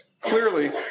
clearly